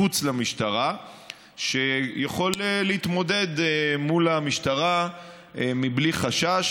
מחוץ למשטרה שיכול להתמודד מול המשטרה מבלי חשש.